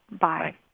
Bye